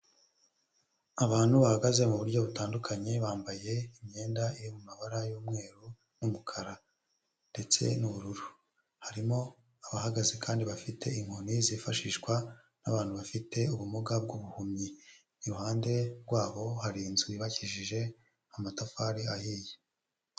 Abantu bahagaze muburyo butandukanye bambaye imyenda yomumabara y'umweru n'umukara ndetse n'ubururu harimo abahagaze kandi bafite inkoni zifashishwa n'abantu bafite ubumuga bwubuhumyi iruhande rwaho hari inzu yubakishije amatafari ahiye